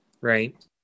right